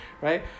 Right